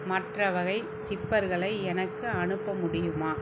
மற்ற வகை சிப்பர்களை எனக்கு அனுப்ப முடியுமா